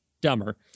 dumber